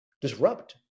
disrupt